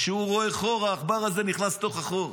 כשהוא רואה חור, העכבר הזה נכנס לתוך החור.